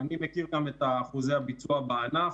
אני מכיר גם את אחוזי הביצוע בענף,